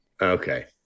Okay